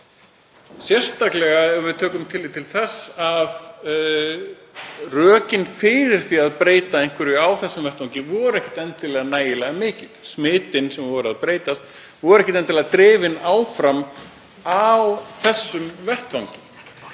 sérstaklega ef við tökum tillit til þess að rökin fyrir því að breyta einhverju á þessum vettvangi voru ekkert endilega nægilega mikil. Smitin sem voru að breytast voru ekkert endilega drifin áfram á þessum vettvangi